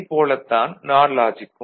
இதைப் போலத் தான் நார் லாஜிக்கும்